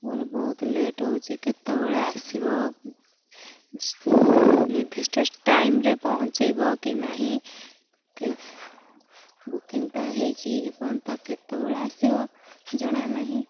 ମୋର ବହୁତ ଲେଟ୍ ହେଉଛି କେତେବେଳେ ଆସିବ ନିର୍ଦ୍ଧିଷ୍ଟ ଟାଇମ୍ରେ ପହଞ୍ଚାଇବ କି ନାହିଁ କି ବୁକିଂ ତ ହେଇଛି ଏ ପର୍ଯ୍ୟନ୍ତ କେତେବେଳେ ଆସିବ ଜଣା ନାହିଁ